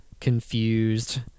confused